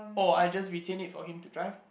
or I just retain it for him to drive ah